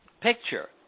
picture